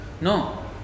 No